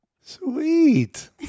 Sweet